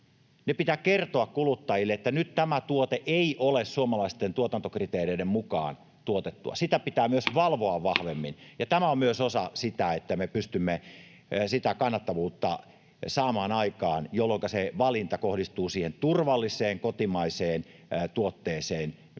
pitää kertoa kuluttajille, että nyt tämä tuote ei ole suomalaisten tuotantokriteereiden mukaan tuotettua. Sitä pitää myös valvoa vahvemmin, ja tämä on myös osa sitä, että me pystymme kannattavuutta saamaan aikaan, jolloinka se valinta kohdistuu siihen turvalliseen kotimaiseen tuotteeseen,